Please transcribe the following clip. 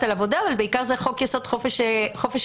על עבודה אבל בעיקר זה חוק-יסוד: חופש העיסוק.